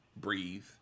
breathe